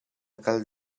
kal